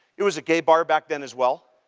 it was a gay bar back then as well.